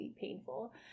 painful